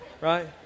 Right